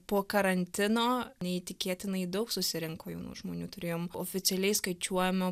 po karantino neįtikėtinai daug susirinko jaunų žmonių turėjom oficialiai skaičiuojamu